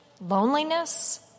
loneliness